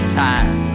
time